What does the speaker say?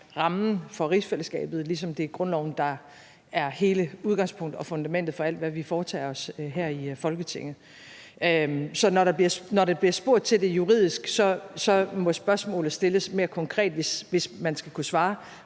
rammen for rigsfællesskabet, ligesom det er grundloven, der er hele udgangspunktet og fundamentet for alt, hvad vi foretager os her i Folketinget. Så når der bliver spurgt til det juridiske, må spørgsmålet stilles mere konkret, hvis man skal kunne svare,